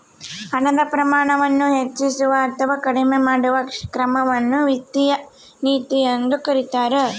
ಹಣದ ಪ್ರಮಾಣವನ್ನು ಹೆಚ್ಚಿಸುವ ಅಥವಾ ಕಡಿಮೆ ಮಾಡುವ ಕ್ರಮವನ್ನು ವಿತ್ತೀಯ ನೀತಿ ಎಂದು ಕರೀತಾರ